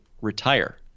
retire